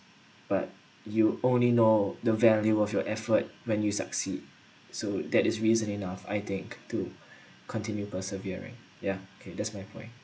but you only know the value of your effort when you succeed so that is reason enough I think to continue persevering ya that's my point